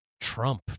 Trump